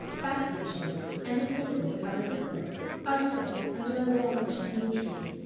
basket chairs, and a table covered with books, are set under a large yew-tree.